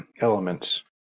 Elements